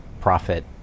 profit